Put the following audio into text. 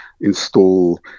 install